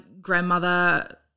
grandmother